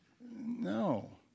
No